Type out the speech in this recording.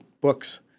books